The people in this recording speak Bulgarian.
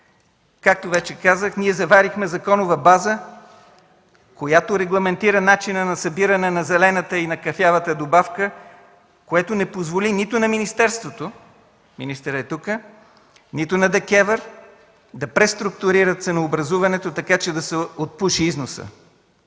Както вече казах, ние заварихме законова база, която регламентира начина на събиране на зелената и на кафявата добавка, което не позволи нито на министерството, министърът е тук, нито на ДКЕВР да преструктурират ценообразуването, така че да се отпуши износът.